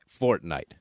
Fortnite